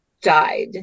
died